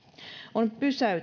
on